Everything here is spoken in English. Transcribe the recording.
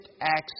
acts